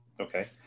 Okay